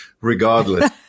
regardless